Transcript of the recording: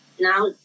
Now